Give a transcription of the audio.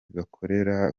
bakorera